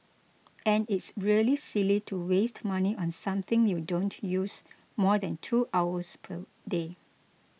and it's really silly to waste money on something you don't use more than two hours per day